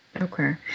Okay